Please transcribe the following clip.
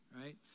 Right